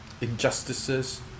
injustices